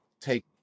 take